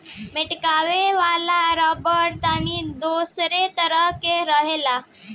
मेटकावे वाला रबड़ तनी दोसरे तरह के रहेला